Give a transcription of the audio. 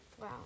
Wow